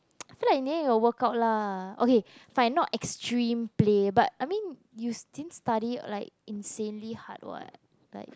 I feel like in the end it will work out lah okay by not extreme play but I mean you didn't study like insanely hard [what] like